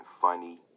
funny